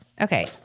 Okay